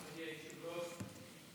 אדוני היושב-ראש.